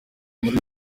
muri